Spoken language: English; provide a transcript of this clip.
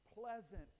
pleasant